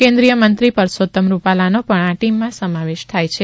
કેન્દ્રિય મંત્રી પરસોતમ રૂપાલાનો પણ આ ટિમમાં સમાવેશ થાય છે